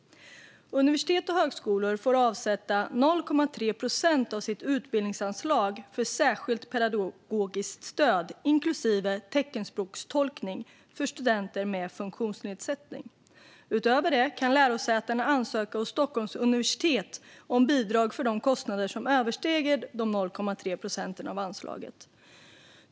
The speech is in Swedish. Universitet och högskolor får avsätta 0,3 procent av sina utbildningsanslag för särskilt pedagogiskt stöd, inklusive teckenspråkstolkning, för studenter med funktionsnedsättning. Utöver detta kan lärosätena ansöka hos Stockholms universitet om bidrag för de kostnader som överstiger 0,3 procent av anslaget.